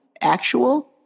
actual